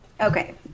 Okay